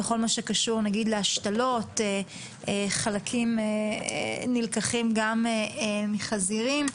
בכל מה שקשור להשתלות חלקים נלקחים גם מחזירים.